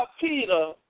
Peter